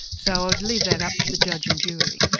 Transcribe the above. so i'd leave that up to the judge and jury.